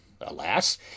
alas